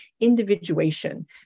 individuation